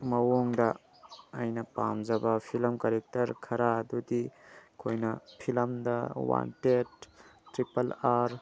ꯃꯑꯣꯡꯗ ꯑꯩꯅ ꯄꯥꯝꯖꯕ ꯐꯤꯂꯝ ꯀꯔꯦꯛꯇꯔ ꯈꯔ ꯑꯗꯨꯗꯤ ꯑꯩꯈꯣꯏꯅ ꯐꯤꯂꯝꯗ ꯋꯥꯟꯇꯦꯠ ꯇ꯭ꯔꯤꯄꯜ ꯑꯥꯔ